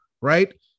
right